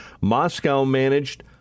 Moscow-managed